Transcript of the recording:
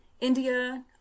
india